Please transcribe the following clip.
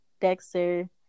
Dexter